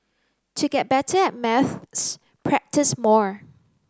to get better at maths practise more